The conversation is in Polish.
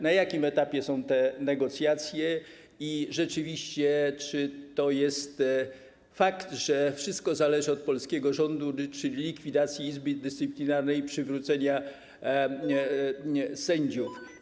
Na jakim etapie są te negocjacje i czy to jest fakt, że wszystko zależy od polskiego rządu, czyli likwidacji Izby Dyscyplinarnej, i przywrócenia sędziów?